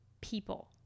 people